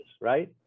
right